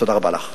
תודה רבה לך.